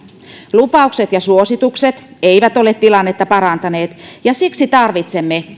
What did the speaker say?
lupaukset ja suositukset eivät ole tilannetta parantaneet ja siksi tarvitsemme